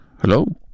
hello